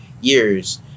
years